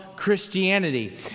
Christianity